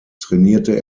trainierte